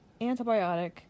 antibiotic